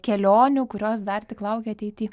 kelionių kurios dar tik laukia ateity